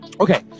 Okay